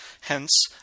Hence